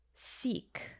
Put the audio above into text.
seek